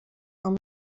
amb